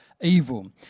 evil